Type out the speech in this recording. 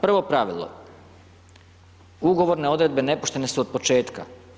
Prvo pravilo, ugovorne odredbe nepoštene su od početka.